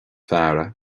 fear